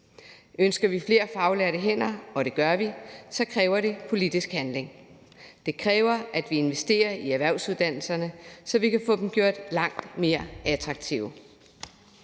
Ønsker vi flere faglærte hænder – og det gør vi – så kræver det politisk handling. Det kræver, at vi investerer i erhvervsuddannelserne, så vi kan få dem gjort langt mere attraktive.